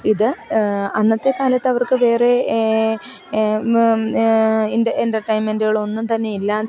ഇത് അന്നത്തെക്കാലത്തവർക്ക് വേറെ എൻറ്റെർട്ടെയ്ൻമെന്റുകളൊന്നും തന്നെയില്ല